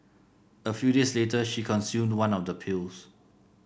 a few days later she consumed one of the pills